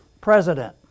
president